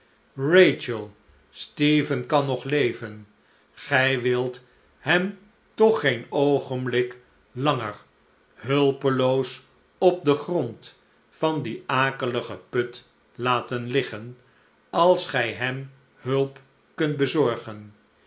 rachel stephen kan nog leven gij wilt hem slechte tijden toch geen oogenblik langer hulpeloos op den grond van dien akeligen put laten liggen als gij hem hulp kunt bezorgen